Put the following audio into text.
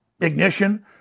ignition